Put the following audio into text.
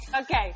Okay